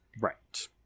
right